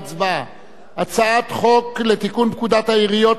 הצעת חוק לתיקון פקודת העיריות (מס' 129),